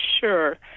Sure